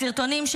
הסרטונים,